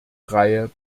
reihe